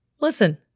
listen